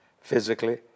physically